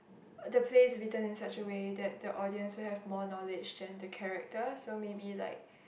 the play written in such a way that the audience will have more knowledge than the character so maybe like